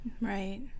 Right